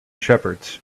shepherds